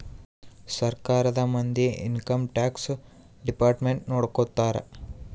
ಸರ್ಕಾರದ ಮಂದಿ income tax department ನೊಡ್ಕೋತರ